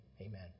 Amen